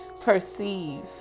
Perceive